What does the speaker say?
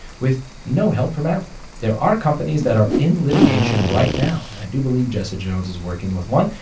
with no help from apple. there are companies that are in litigation right now. and i do believe jesse jones is working with one.